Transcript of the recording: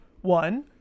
One